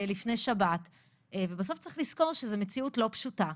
ולפני שבת ובסוף צריך לזכור שזאת מציאות לא פשוטה.